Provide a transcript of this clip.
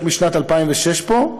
את משנת 2006 פה,